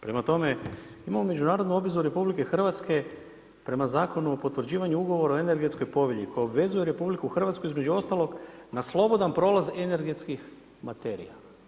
Prema tome, imamo međunarodnu obvezu RH prema Zakonu o potvrđivanju ugovora o energetskoj povelji koja obvezuje RH između ostalog na slobodan prolaz energetskih materija.